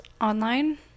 online